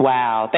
Wow